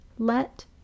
let